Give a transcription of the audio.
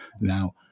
Now